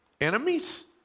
enemies